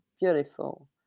beautiful